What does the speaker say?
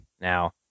Now